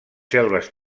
selves